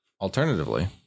Alternatively